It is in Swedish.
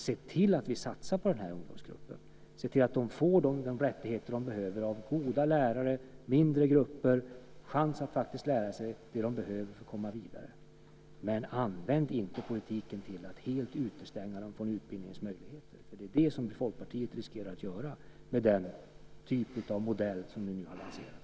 Se till att vi satsar på den här ungdomsgruppen, se till att de får sina rättigheter och det de behöver av goda lärare, mindre grupper, en chans att faktiskt lära sig det de behöver för att komma vidare. Men använd inte politiken till att helt utestänga dem från utbildningsmöjligheter. Det är det Folkpartiet riskerar att göra med den typ av modell som ni nu har lanserat.